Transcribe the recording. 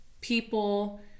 people